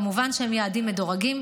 כמובן שהם יעדים מדורגים,